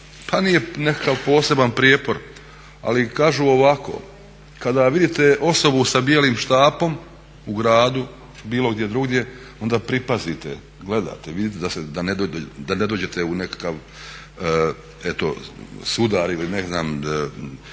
pa nije nekakav poseban prijepor ali kažu ovako kada vidite osobu sa bijelim štapom u gradu ili bilo gdje drugdje onda pripazite, gledate da ne dođete u nekakav eto sudar ili ne